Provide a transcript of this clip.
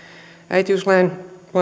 äitiyslain